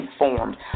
informed